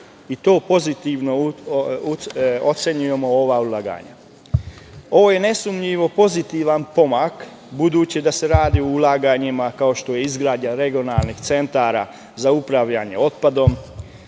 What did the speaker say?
Pozitivno ocenjujemo ova ulaganja. Ovo je nesumnjivo pozitivan pomak budući da se radi o ulaganjima kao što je izgradnja regionalnih centara za upravljanje otpadom,